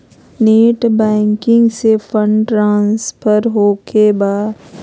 Net banking से fund transfer होखें बा?